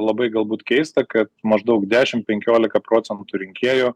labai galbūt keista kad maždaug dešimt penkiolika procentų rinkėjų